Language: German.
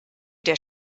der